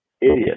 Idiot